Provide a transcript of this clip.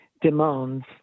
demands